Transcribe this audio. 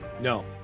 No